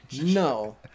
No